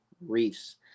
reefs